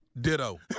Ditto